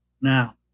Now